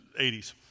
80s